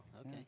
okay